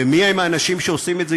ומי הם האנשים שעושים את זה?